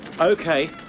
Okay